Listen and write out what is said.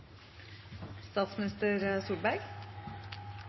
statsminister Solberg.